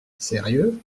sérieux